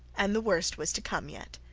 and the worst was to come yet!